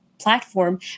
platform